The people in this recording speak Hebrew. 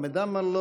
חמד עמאר,